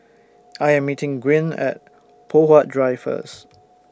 I Am meeting Gwyn At Poh Huat Drive First